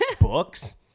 books